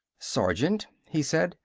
sergeant, he said,